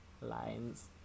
lines